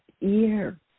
ear